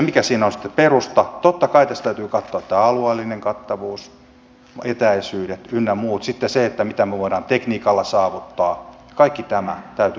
mikä siinä on sitten perusta niin totta kai tässä täytyy katsoa tämä alueellinen kattavuus etäisyydet ynnä muut sitten se mitä me voimme tekniikalla saavuttaa kaikki tämä täytyy ottaa huomioon